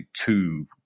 two